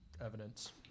evidence